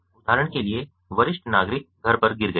उदाहरण के लिए वरिष्ठ नागरिक घर पर गिर गया है